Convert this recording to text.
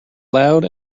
loud